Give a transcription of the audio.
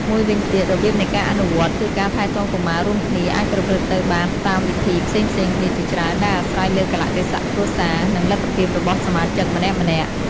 មួយវិញទៀត របៀបនៃការអនុវត្ត គឺការថែទាំកុមាររួមគ្នាអាចប្រព្រឹត្តទៅបានតាមវិធីផ្សេងៗគ្នាជាច្រើន ដែលអាស្រ័យលើកាលៈទេសៈគ្រួសារ និងលទ្ធភាពរបស់សមាជិកម្នាក់ៗ។